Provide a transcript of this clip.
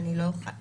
אני לא יכולה